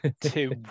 Two